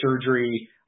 surgery